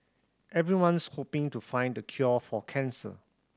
everyone's hoping to find the cure for cancer